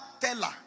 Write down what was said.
teller